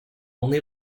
only